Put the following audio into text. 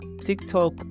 TikTok